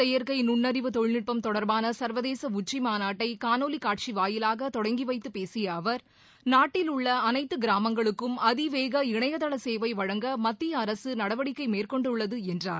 செயற்கை நுண்ணறிவு தொழில்நுட்பம் தொடர்பான சர்வதேச உச்சி மாநாட்டை காணொலி காட்சி வாயிலாக தொடங்கி வைத்துப் பேசிய அவர் நாட்டில் உள்ள அனைத்து கிராமங்களுக்கும் அதிவேக இணையதள சேவை வழங்க மத்திய அரசு நடவடிக்கை மேற்கொண்டுள்ளது என்றார்